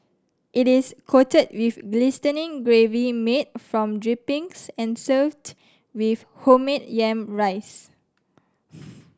it is coated with glistening gravy made from drippings and served with homemade yam rice